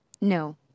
No